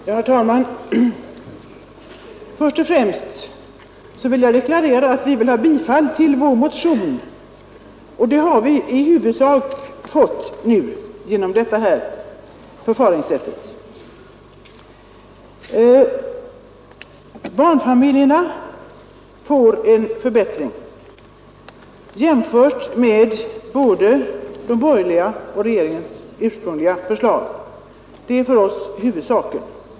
Herr talman! Först och främst vill jag deklarera att vi vill ha vår motion bifallen, och vi får den i huvudsak bifallen genom detta förfaringssätt. Barnfamiljerna får en förbättring jämfört med både de borgerligas och regeringens ursprungliga förslag. Det är för oss huvudsaken.